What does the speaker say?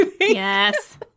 Yes